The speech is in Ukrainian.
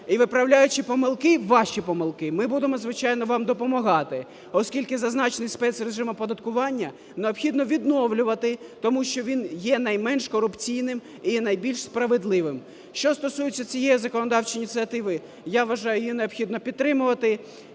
І, виправляючи помилки, ваші помилки, ми будемо, звичайно, допомагати. Оскільки зазначений спецрежим оподаткування необхідно відновлювати, тому що він є найменш корупційним і найбільш справедливим. Що стосується цієї законодавчої ініціативи. Я вважаю, її необхідно підтримувати